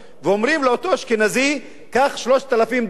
ואומרים לאותו אשכנזי: קח 3,000 דונם,